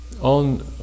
on